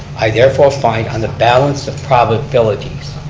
i therefore find on the balance of probabilities,